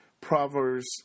Proverbs